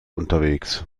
unterwegs